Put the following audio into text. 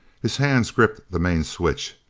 his hands gripped the main switch.